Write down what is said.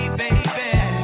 baby